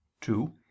two